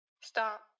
Stop